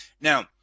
Now